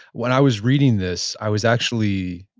when i was reading this, i was actually,